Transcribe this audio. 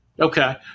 Okay